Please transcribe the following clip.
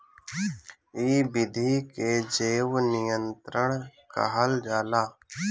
इ विधि के जैव नियंत्रण कहल जाला